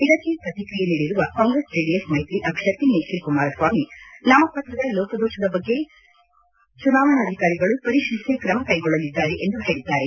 ಇದಕ್ಕೆ ಪ್ರತಿಕಿಯೆ ನೀಡಿರುವ ಕಾಂಗ್ರೆಸ್ ಜೆಡಿಎಸ್ ಮೈತ್ರಿ ಅಭ್ಯರ್ಥಿ ನಿಖಿಲ್ ಕುಮಾರಸ್ವಾಮಿ ನಾಮಪತ್ರದ ಲೋಪದೋಪದ ಬಗ್ಗೆ ಚುನಾವಣಾಧಿಕಾರಿಗಳು ಪರಿಶೀಲಿಸಿ ತ್ರಮ ಕೈಗೊಳ್ಳಲಿದ್ದಾರೆ ಎಂದು ಹೇಳಿದ್ದಾರೆ